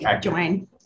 Join